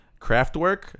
Craftwork